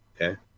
okay